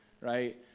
right